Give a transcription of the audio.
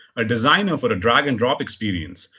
a design over a drag and drop experience,